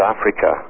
Africa